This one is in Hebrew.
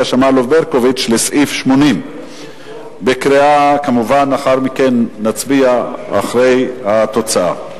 שמאלוב-ברקוביץ לסעיף 80. כמובן שנצביע אחרי התוצאה.